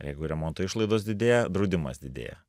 jeigu remonto išlaidos didėja draudimas didėja